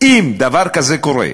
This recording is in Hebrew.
אם דבר כזה קורה,